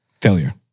Failure